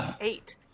eight